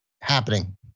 happening